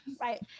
Right